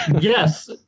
Yes